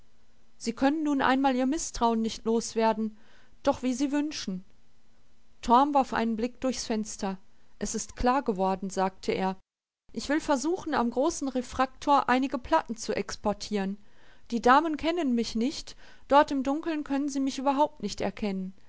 sie können nun einmal ihr mißtrauen nicht loswerden doch wie sie wünschen torm warf einen blick durchs fenster es ist klar geworden sagte er ich will versuchen am großen refraktor einige platten zu exportieren die damen kennen mich nicht dort im dunkeln können sie mich überhaupt nicht erkennen